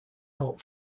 help